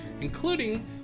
including